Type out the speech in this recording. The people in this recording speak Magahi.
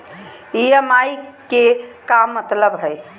ई.एम.आई के का मतलब हई?